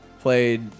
played